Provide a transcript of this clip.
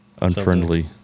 Unfriendly